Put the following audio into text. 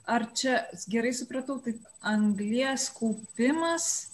ar čia gerai supratau taip anglies kaupimas